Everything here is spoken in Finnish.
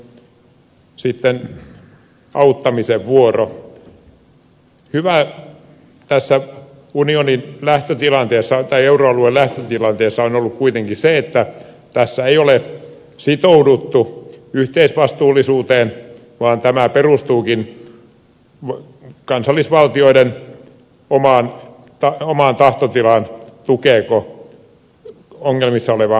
hyvää tässä euroalueen lähtötilanteessa on ollut kuitenkin se että tässä ei ole sitouduttu yhteisvastuullisuuteen vaan tämä perustuukin kansallisvaltioiden omaan tahtotilaan tukeako ongelmissa olevaa maata vai ei